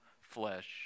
flesh